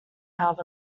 help